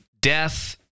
death